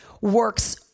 works